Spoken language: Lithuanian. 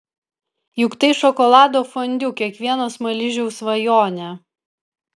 juk tai šokolado fondiu kiekvieno smaližiaus svajonė